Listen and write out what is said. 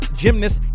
gymnast